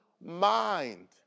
mind